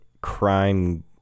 crime